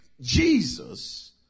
Jesus